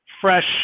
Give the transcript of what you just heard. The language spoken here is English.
fresh